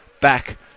back